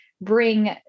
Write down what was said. bring